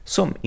Som